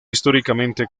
históricamente